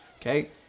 okay